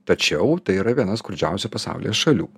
tačiau tai yra viena skurdžiausių pasaulyje šalių